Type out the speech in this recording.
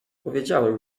powiedziałem